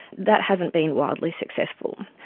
that hasn't been wildly successful.